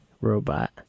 robot